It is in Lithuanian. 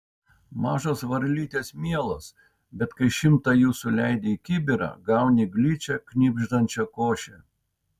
mažos varlytės mielos bet kai šimtą jų suleidi į kibirą gauni gličią knibždančią košę